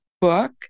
book